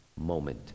moment